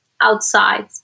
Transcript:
outside